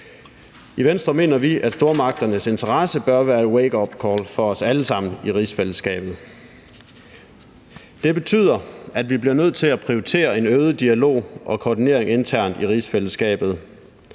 I Venstre mener vi, at stormagternes interesse bør være et wakeupcall for os alle sammen i rigsfællesskabet. Det betyder, at vi bliver nødt til at prioritere en øget dialog og koordinering internt i rigsfællesskabet.